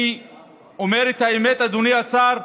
אני אומר את האמת, אדוני השר: